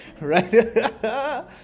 right